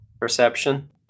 Perception